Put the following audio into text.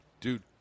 Dude